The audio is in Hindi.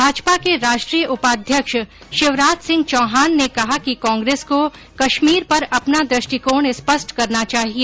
भाजपा के राष्ट्रीय उपाध्यक्ष शिवराज सिंह चौहान ने कहा कि कांग्रेस को कश्मीर पर अपना दृष्टिकोण स्पष्ट करना चाहिए